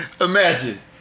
imagine